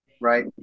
right